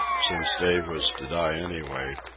since dave was to die anyway,